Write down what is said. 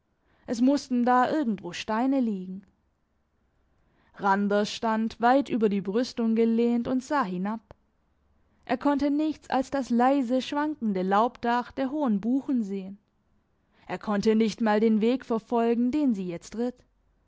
es mussten da irgend wo steine liegen randers stand weit über die brüstung gelehnt und sah hinab er konnte nichts als das leise schwankende laubdach der hohen buchen sehen er konnte nicht mal den weg verfolgen den sie jetzt ritt